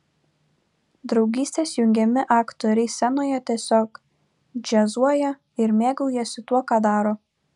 draugystės jungiami aktoriai scenoje tiesiog džiazuoja ir mėgaujasi tuo ką daro